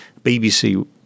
bbc